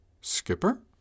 Skipper